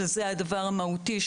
שזה הדבר המהותי,